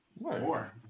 More